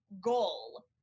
goal